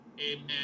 Amen